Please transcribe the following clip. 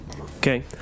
Okay